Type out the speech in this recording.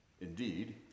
Indeed